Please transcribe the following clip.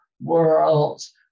worlds